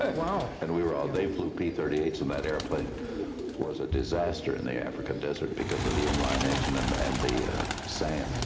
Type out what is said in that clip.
and and we were all they flew p thirty eight s and that airplane was a disaster in the african desert because of the inline engine and the and the sand.